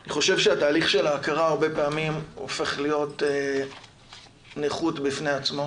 אני חושב שהתהליך של ההכרה הרבה פעמים הופך להיות נכות בפני עצמו